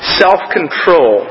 self-control